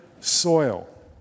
soil